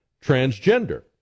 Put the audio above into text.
transgender